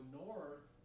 north